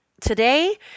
Today